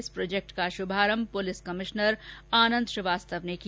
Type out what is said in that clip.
इस प्रोजेक्ट का शुभारंभ पुलिस कमिश्नर आनंद श्रीवास्तव ने किया